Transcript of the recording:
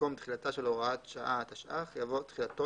במקום "תחילתה של הוראת שעה התשע"ח" יבוא "תחילתו